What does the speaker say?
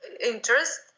interest